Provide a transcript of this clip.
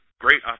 great